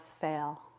fail